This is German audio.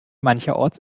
mancherorts